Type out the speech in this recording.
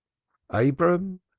abraham,